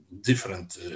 different